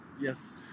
Yes